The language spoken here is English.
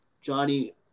Johnny